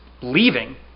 leaving